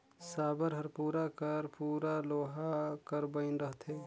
साबर हर पूरा कर पूरा लोहा कर बइन रहथे